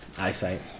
eyesight